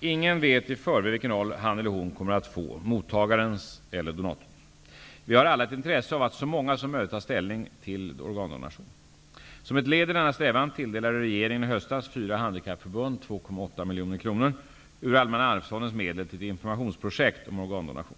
Ingen vet i förväg vilken roll han eller hon kommer att få -- mottagarens eller donatorns. Vi har alla ett intresse av att så många som möjligt tar ställning till organdonation. Som ett led i denna strävan tilldelade regeringen i höstas fyra handikappförbund 2,8 miljoner kronor ur Allmänna arvsfondens medel till ett informationsprojekt om organdonation.